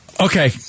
Okay